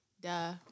duh